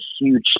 huge